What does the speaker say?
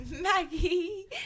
Maggie